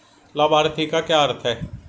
लाभार्थी का क्या अर्थ है?